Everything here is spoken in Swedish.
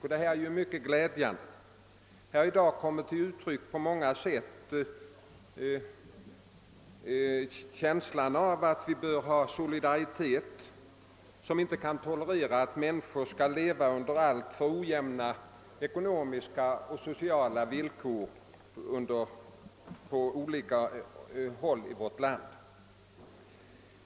Kravet på ökad solidaritet har i dag på många sätt kommit till uttryck och det visar att vi inte bör tolerera att människor får leva under alltför ojämna ekonomiska och sociala villkor på olika håll i vårt land.